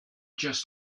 just